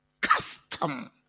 custom